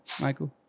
Michael